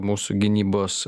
mūsų gynybos